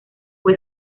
fue